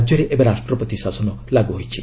ରାଜ୍ୟରେ ଏବେ ରାଷ୍ଟ୍ରପତି ଶାସନ ଲାଗୁ ହୋଇଛି